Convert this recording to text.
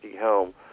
home